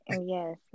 yes